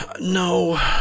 No